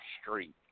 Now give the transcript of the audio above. street